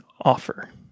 offer